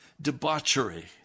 debauchery